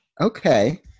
Okay